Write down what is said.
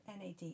NAD